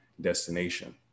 destination